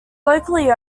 locally